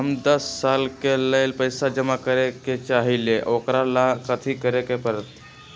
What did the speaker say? हम दस साल के लेल पैसा जमा करे के चाहईले, ओकरा ला कथि करे के परत?